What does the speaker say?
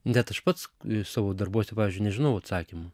net aš pats savo darbuose pavyzdžiui nežinau atsakymų